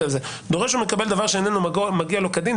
"דורש או מקבל דבר שאינו מגיע לו כדין",